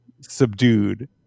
subdued